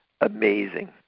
amazing